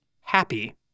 happy